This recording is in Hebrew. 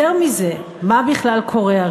יותר מזה, מה בכלל קורה?